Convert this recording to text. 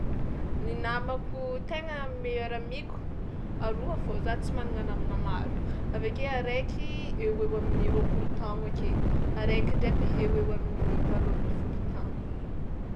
Ny namako tegna meilleure amie-ko aroa fao za tsy managna namagna maro avy ake araiky eo ho eo amin'ny roapolo taogna ake, araiky ndraiky eo ho eo amin'ny valo amby folo taogna.